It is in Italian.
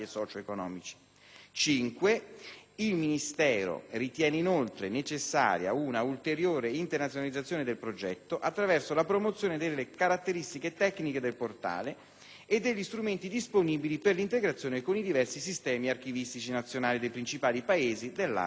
5) il Ministero ritiene inoltre necessaria una ulteriore internazionalizzazione del progetto, attraverso la promozione delle caratteristiche tecniche del portale e degli strumenti disponibili per l'integrazione con i diversi sistemi archivistici nazionali dei principali Paesi dell'area del Mediterraneo;